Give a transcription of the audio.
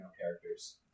characters